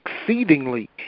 exceedingly